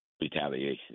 retaliation